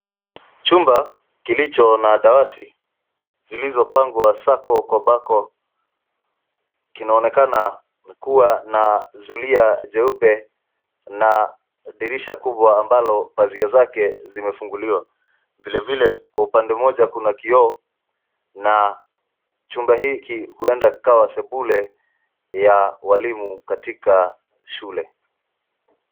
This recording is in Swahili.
Chumba kilicho na dawati zilizopangwa sako kwa bako kinaonekana imekuwa na zulia jeupe na dirisha kubwa ambalo pazia zake zimefunguliwa. Vilevile kwa upande moja kuna kioo na chumba hiki huenda kikawa sebule ya walimu katika shule.